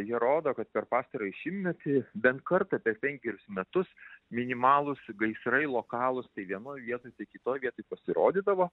jie rodo kad per pastarąjį šimtmetį bent kartą per penkerius metus minimalūs gaisrai lokalūs tai vienoj vietoj tai kitoj vietoj pasirodydavo